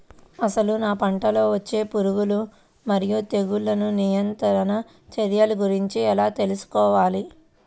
అసలు నా పంటలో వచ్చే పురుగులు మరియు తెగులుల నియంత్రణ చర్యల గురించి ఎలా తెలుసుకోవాలి?